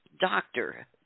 doctor